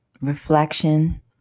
reflection